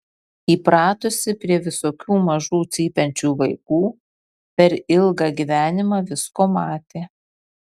įpratusi prie visokių mažų cypiančių vaikų per ilgą gyvenimą visko matė